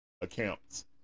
accounts